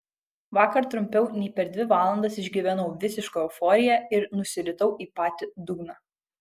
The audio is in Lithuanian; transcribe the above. vakar trumpiau nei per dvi valandas išgyvenau visišką euforiją ir nusiritau į patį dugną